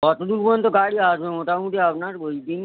কতো দূর পযন্ত গাড়ি আসবে মোটামুটি আপনার ওই দিন